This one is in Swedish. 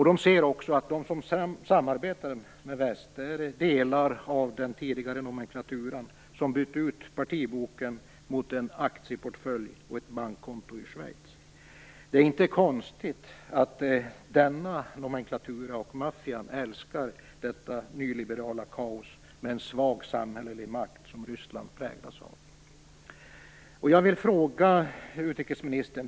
De ser också att de som samarbetar med väst är delar av den tidigare nomenklaturan, som bytt ut partiboken mot en aktieportfölj och ett bankkonto i Schweiz. Det är inte konstigt att denna nomenklatura och maffian älskar detta nyliberala kaos, med en svag samhällelig makt, som Ryssland präglas av.